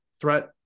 threat